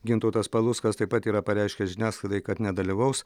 gintautas paluckas taip pat yra pareiškęs žiniasklaidai kad nedalyvaus